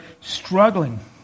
struggling